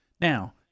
Now